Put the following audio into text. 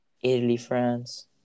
Italy-France